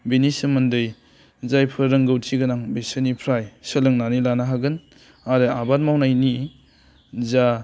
बिनि सोमोन्दै जायफोर रोंगौथि गोनां बिसोरनिफ्राय सोलोंनानै लानो हागोन आरो आबाद मावनायनि जा